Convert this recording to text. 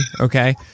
okay